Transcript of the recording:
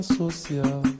social